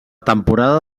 temporada